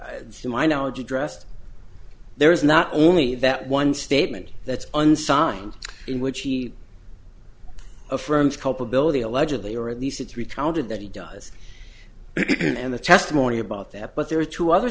to my knowledge addressed there is not only that one statement that's unsigned in which he a friend's culpability allegedly or at least it's recounted that he does and the testimony about that but there are two other